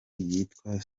ryitwa